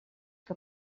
que